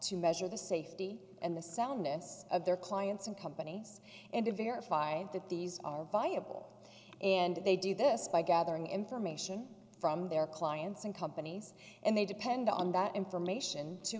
to measure the safety and the soundness of their clients and companies and to verify that these are viable and they do this by gathering information from their clients and companies and they depend on that information